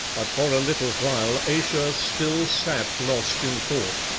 but for a little while ayesha still sat lost in thought.